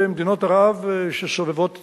במדינות ערב שסובבות אותנו,